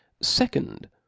Second